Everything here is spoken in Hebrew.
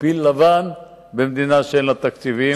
כפיל לבן במדינה שאין לה תקציבים.